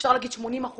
אפשר להגיד 80%,